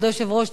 כבוד היושב-ראש,